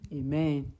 amen